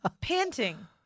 panting